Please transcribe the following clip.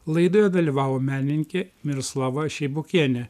laidoje dalyvavo menininkė miroslava šeibokienė